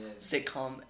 sitcom